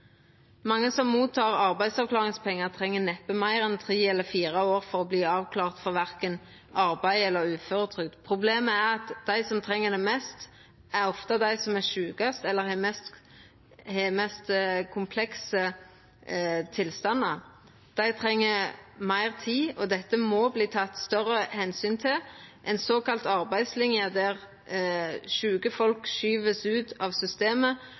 Mange som tek imot arbeidsavklaringspengar, treng neppe meir enn tre eller fire år for å verta avklarte for arbeid eller uføretrygd. Problemet er at dei som treng det mest, ofte er dei som er sjukast, eller har mest komplekse tilstandar. Dei treng meir tid, og dette må det takast meir omsyn til. Ei såkalla arbeidslinje, der sjuke folk vert skuva ut av systemet,